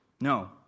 No